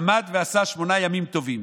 הלך ועשה שמונה ימים טובים,